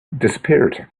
disappeared